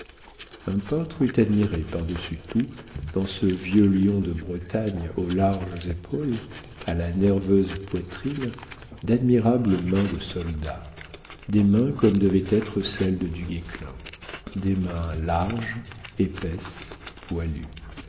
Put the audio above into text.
un peintre eût admiré par-dessus tout dans ce vieux lion de bretagne aux larges épaules à la nerveuse poitrine d'admirables mains de soldat des mains comme devaient être celles de du guesclin des mains larges épaisses poilues